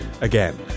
Again